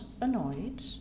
annoyed